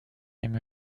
him